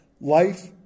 life